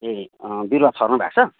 ए बिरुवा छर्नु भएको छ